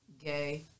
gay